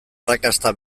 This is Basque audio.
arrakasta